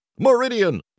Meridian